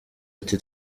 ati